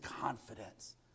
confidence